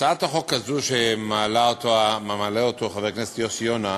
הצעת החוק הזו, שמעלה אותה חבר הכנסת יוסי יונה,